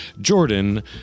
Jordan